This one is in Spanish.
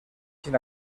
sin